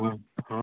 हाँ हाँ